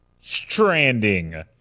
stranding